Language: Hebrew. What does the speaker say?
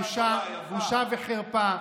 בושה וחרפה.